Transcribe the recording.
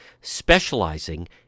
specializing